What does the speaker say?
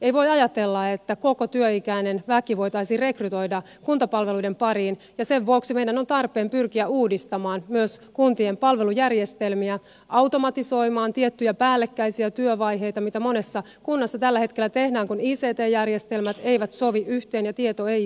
ei voi ajatella että koko työikäinen väki voitaisiin rekrytoida kuntapalveluiden pariin ja sen vuoksi meidän on tarpeen pyrkiä uudistamaan myös kuntien palvelujärjestelmiä automatisoimaan tiettyjä päällekkäisiä työvaiheita mitä monessa kunnassa tällä hetkellä tehdään kun ict järjestelmät eivät sovi yhteen ja tieto ei liiku